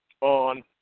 on